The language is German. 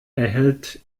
erhält